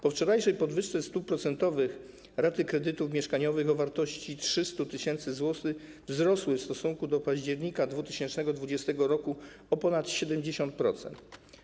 Po wczorajszej podwyżce stóp procentowych raty kredytów mieszkaniowych o wartości 300 tys. zł wzrosły w stosunku do października 2020 r. o ponad 70%.